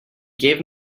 gave